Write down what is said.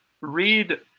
read